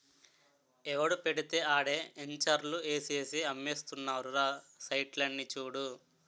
ఎవడు పెడితే ఆడే ఎంచర్లు ఏసేసి అమ్మేస్తున్నారురా సైట్లని చూడు